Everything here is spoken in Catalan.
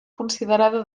considerada